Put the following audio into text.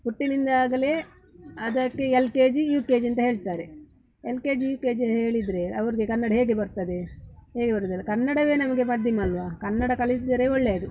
ಹುಟ್ಟಿನಿಂದಾಗಲೆ ಅದಕ್ಕೆ L K G U K G ಅಂತ ಹೇಳ್ತಾರೆ L K G U K G ಹೇಳಿದರೆ ಅವರಿಗೆ ಕನ್ನಡ ಹೇಗೆ ಬರ್ತದೆ ಹೇಗೆ ಬರೋದಿಲ್ಲ ಕನ್ನಡವೇ ನಮಗೆ ಮಾಧ್ಯಮ ಅಲ್ಲವಾ ಕನ್ನಡ ಕಲಿಸಿದರೆ ಒಳ್ಳೆಯದು